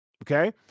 Okay